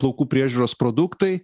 plaukų priežiūros produktai